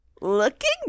Looking